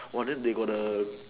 !whoa! then they got the